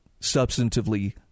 substantively